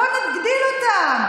בואו נגדיל אותן.